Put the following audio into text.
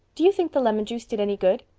do you think the lemon juice did any good?